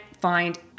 find